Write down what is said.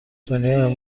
دنیای